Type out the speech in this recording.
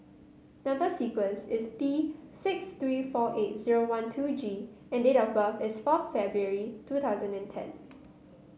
number sequence is T six three four eight zero one two G and date of birth is fourth February two thousand and ten